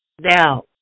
now